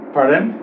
Pardon